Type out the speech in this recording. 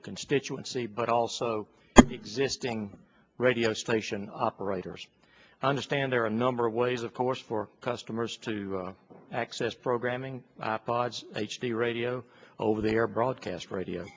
the constituency but also existing radio station operators understand there are a number of ways of course for customers to access programming i pods h d radio over the air broadcast radio